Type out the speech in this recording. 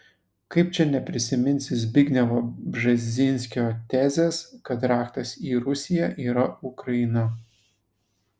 kaip čia neprisiminsi zbignevo brzezinskio tezės kad raktas į rusiją yra ukraina